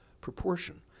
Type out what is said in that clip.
proportion